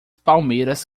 palmeiras